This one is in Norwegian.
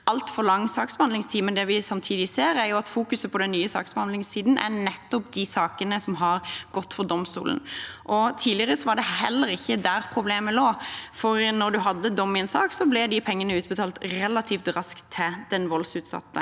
altfor lang saksbehandlingstid, men det vi samtidig ser, er at fokuset i den nye saksbehandlingstiden er nettopp de sakene som har gått for domstolen. Tidligere var det heller ikke der problemet lå, for når man hadde dom i en sak, ble de pengene utbetalt relativt raskt til den voldsutsatte.